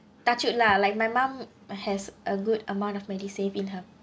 touch wood lah like my mum has a good amount of medisave in her